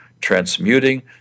transmuting